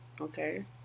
Okay